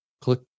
click